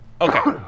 okay